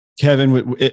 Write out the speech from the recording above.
Kevin